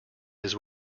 his